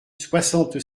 soixante